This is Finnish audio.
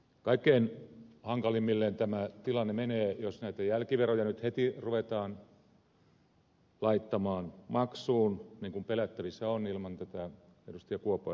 kaikkein hankalimmilleen tämä tilanne menee jos näitä jälkiveroja nyt heti ruvetaan laittamaan maksuun niin kuin pelättävissä on ilman tätä ed